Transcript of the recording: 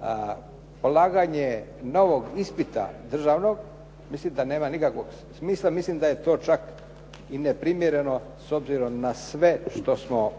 na polaganje novog ispita državnog mislim da nema nikakvog smisla. Mislim da je to čak i neprimjereno s obzirom na sve što smo